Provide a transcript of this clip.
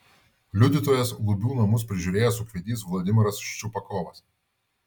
liudytojas lubių namus prižiūrėjęs ūkvedys vladimiras ščiupakovas